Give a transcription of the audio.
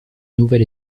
nouvel